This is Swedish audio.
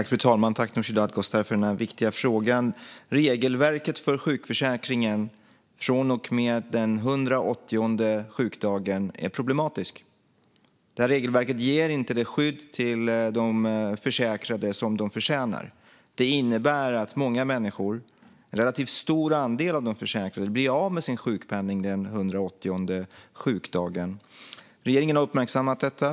Fru talman! Tack, Nooshi Dadgostar, för den viktiga frågan! Regelverket för sjukförsäkringen från och med den 180:e sjukdagen är problematiskt. Regelverket ger inte det skydd till de försäkrade som de förtjänar. Det innebär att många människor, en relativt stor andel av de försäkrade, blir av med sin sjukpenning den 180:e sjukdagen. Regeringen har uppmärksammat detta.